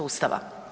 Ustava.